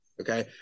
okay